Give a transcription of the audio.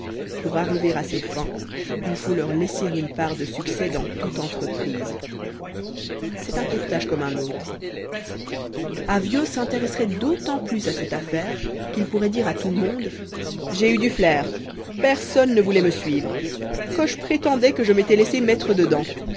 pour arriver à ses fins il faut leur laisser une part de succès dans toute entreprise c'est un courtage comme un autre avyot s'intéresserait d'autant plus à l'affaire qu'il pourrait dire à tout le monde j'ai eu du flair personne ne voulait me suivre coche prétendait que je m'étais laissé mettre dedans